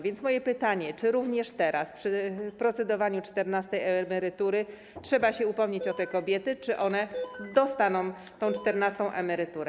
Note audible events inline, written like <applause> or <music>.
Więc moje pytanie: Czy również teraz, przy procedowaniu nad czternastą emeryturą trzeba się upomnieć o te kobiety, <noise> czy one dostaną czternastą emeryturę?